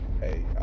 hey